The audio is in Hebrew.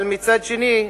אבל מצד שני,